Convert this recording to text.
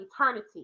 eternity